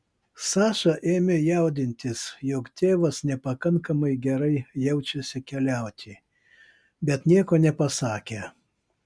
saša ėmė jaudintis jog tėvas nepakankamai gerai jaučiasi keliauti bet nieko nepasakė